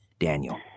Daniel